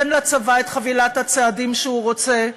תן לצבא את חבילת הצעדים שהוא רוצה,